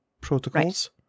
protocols